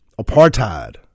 apartheid